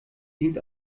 dient